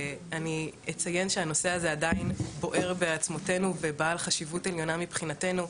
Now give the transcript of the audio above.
אציין שהנושא הזה עדיין בוער בעצמותינו ובעל חשיבות עליונה מבחינתנו.